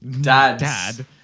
dad